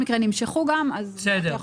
אנחנו עוברים לסעיף השני בסדר היום,